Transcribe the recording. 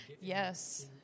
Yes